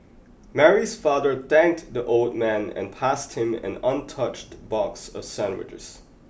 Mary's father thanked the old man and passed him an untouched box of sandwiches